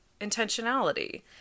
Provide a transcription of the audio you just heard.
intentionality